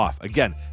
Again